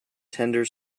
tender